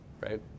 right